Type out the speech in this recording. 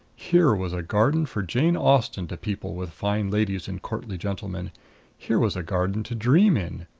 here was a garden for jane austen to people with fine ladies and courtly gentlemen here was a garden to dream in,